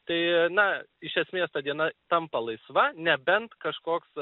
tai na iš esmės ta diena tampa laisva nebent kažkoks